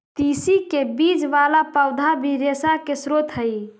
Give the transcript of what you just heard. तिस्सी के बीज वाला पौधा भी रेशा के स्रोत हई